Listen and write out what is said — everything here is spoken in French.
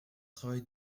travail